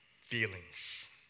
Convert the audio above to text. feelings